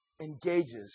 engages